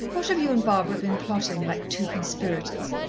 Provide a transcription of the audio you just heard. what have you and barbara been plotting like two conspirators?